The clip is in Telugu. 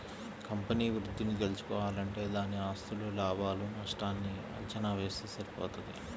కంపెనీ వృద్ధిని తెల్సుకోవాలంటే దాని ఆస్తులు, లాభాలు నష్టాల్ని అంచనా వేస్తె సరిపోతది